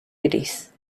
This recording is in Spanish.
gris